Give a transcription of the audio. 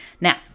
Now